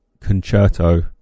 concerto